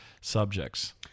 subjects